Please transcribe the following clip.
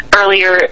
earlier